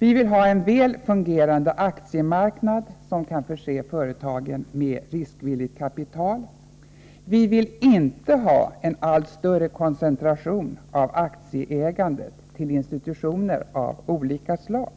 Vi vill ha en väl fungerande aktiemarknad, som kan förse företagen med riskvilligt kapital. Vi vill inte ha en allt större koncentration av aktieägandet till institutioner av olika slag.